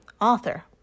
author